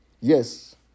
Yes